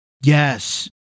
Yes